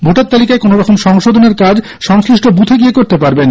voter তালিকায় কোন রকম সংশোধনের কাজ সংশ্লিষ্ট বুথে গিয়ে করতে পারবেন